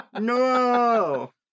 No